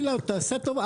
תעשה טובה,